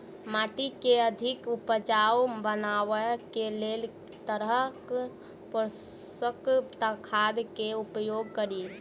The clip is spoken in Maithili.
माटि केँ अधिक उपजाउ बनाबय केँ लेल केँ तरहक पोसक खाद केँ उपयोग करि?